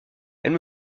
elle